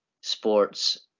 sports